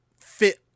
fit